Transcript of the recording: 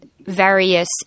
various